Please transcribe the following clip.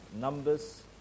Numbers